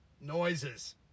noises